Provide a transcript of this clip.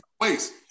waste